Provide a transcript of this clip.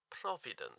providence